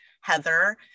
Heather